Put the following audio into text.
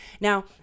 Now